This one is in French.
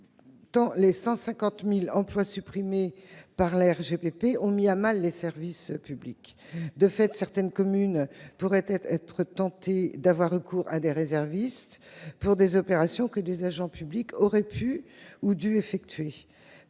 tant les 150 000 emplois supprimés par la RGPP ont mis à mal les services publics. De fait, certaines communes pourraient être tentées d'avoir recours à des réservistes pour des opérations que des agents publics auraient pu ou dû effectuer.